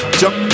jump